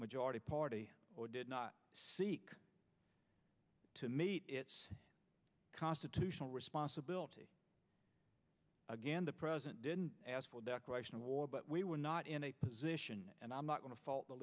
majority party or did not seek to meet its institutional responsibility again the president didn't ask for a declaration of war but we were not in a position and i'm not going to fault the